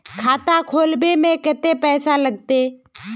खाता खोलबे में कते पैसा लगते?